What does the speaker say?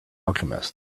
alchemist